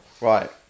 Right